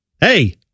Hey